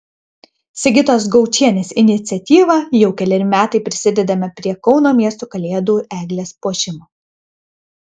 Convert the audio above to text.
sigitos gaučienės iniciatyva jau keleri metai prisidedame prie kauno miesto kalėdų eglės puošimo